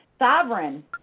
sovereign